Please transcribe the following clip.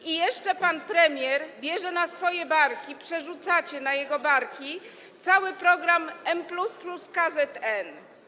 I jeszcze pan premier bierze na swoje barki, przerzucacie na jego barki cały program M+ plus KZN.